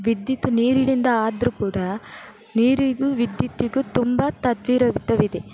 ವಿದ್ಯುತ್ ನೀರಿನಿಂದ ಆದರೂ ಕೂಡ ನೀರಿಗೂ ವಿದ್ಯುತ್ತಿಗೂ ತುಂಬ ತದ್ವಿರುದ್ಧವಿದೆ